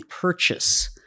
purchase